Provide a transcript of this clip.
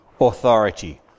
authority